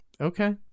Okay